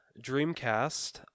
dreamcast